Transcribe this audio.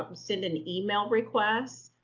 um send an email request,